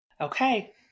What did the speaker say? Okay